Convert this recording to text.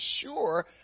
sure